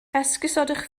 esgusodwch